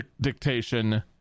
dictation